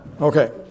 Okay